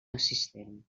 assistent